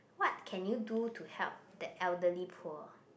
what can you do to help the elderly poor